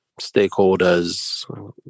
stakeholders